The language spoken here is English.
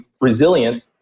resilient